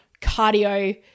cardio